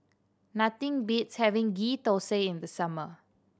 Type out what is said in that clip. nothing beats having Ghee Thosai in the summer